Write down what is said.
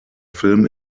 film